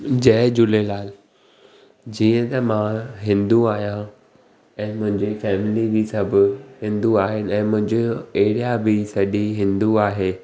जय झूलेलाल जीअं त मां हिंदू आहियां ऐं मुंहिंजी फैमिली बि सभु हिंदू आहे ऐं मुंहिंजो एरिया बि सॼी हिंदू आहे